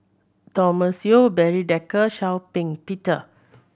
Thomas Yeo Barry Desker Shau Ping Peter